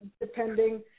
depending